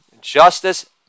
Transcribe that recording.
justice